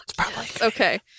Okay